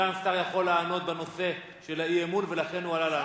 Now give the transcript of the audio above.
סגן שר יכול לענות בנושא של האי-אמון ולכן הוא עלה לענות.